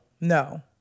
no